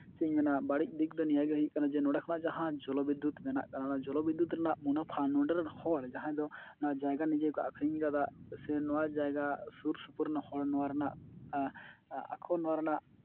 ᱪᱮᱫ ᱤᱧ ᱢᱮᱱᱟ ᱵᱟᱹᱲᱤᱡ ᱫᱤᱠ ᱫᱚ ᱱᱤᱭᱟᱹᱜᱮ ᱦᱩᱭᱩᱜ ᱠᱟᱱᱟ ᱡᱮ ᱱᱚᱸᱰᱮ ᱠᱷᱚᱱᱟᱜ ᱡᱟᱦᱟᱸ ᱡᱚᱞᱚ ᱵᱤᱫᱽᱫᱩᱛ ᱢᱮᱱᱟᱜ ᱠᱟᱫᱟ ᱡᱚᱞᱚᱵᱤᱫᱽᱫᱩᱛ ᱨᱮᱱᱟᱜ ᱱᱩᱱᱟᱹᱜ ᱯᱷᱟᱱ ᱱᱚᱸᱰᱮᱨᱮᱱ ᱦᱚᱲ ᱡᱟᱦᱟᱸᱭ ᱫᱚ ᱱᱚᱣᱟ ᱡᱟᱭᱜᱟ ᱱᱤᱡᱮ ᱠᱚ ᱟᱠᱷᱨᱤᱧ ᱠᱟᱫᱟ ᱥᱮ ᱱᱚᱣᱟ ᱡᱟᱭᱜᱟ ᱥᱩᱨ ᱥᱩᱯᱩᱨ ᱨᱮᱱ ᱦᱚᱲ ᱱᱚᱣᱟ ᱨᱮᱱᱟᱜ ᱟᱠᱚ ᱱᱚᱣᱟ ᱨᱮᱱᱟᱜ